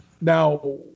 now